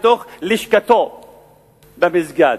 ללשכתו במסגד.